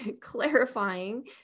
clarifying